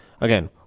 again